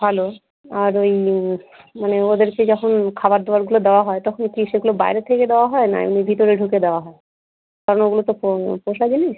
hello আর ওই মানে ওদেরকে যখন খাবার দাবারগুলো দেওয়া হয় তখন কি সেগুলো বাইরে থেকে দেওয়া হয় না এমনি ভিতরে ঢুকে দেওয়া হয় কেন ওগুলো তো পো পোষা জিনিস